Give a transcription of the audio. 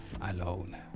alone